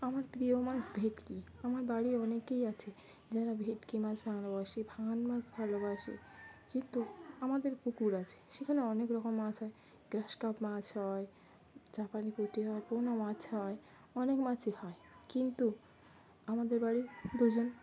আমার প্রিয় মাছ ভেটকি আমার বাড়ির অনেকেই আছে যারা ভেটকি মাছ ভালোবাসে ভাঙন মাছ ভালোবাসে কিন্তু আমাদের পুকুর আছে সেখানে অনেক রকম মাছ হয় গ্রাস কার্প মাছ হয় চাঁপানি পুঁটি হয় পোনা মাছ হয় অনেক মাছই হয় কিন্তু আমাদের বাড়ির দুজন